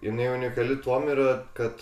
jinai unikali tuom ir kad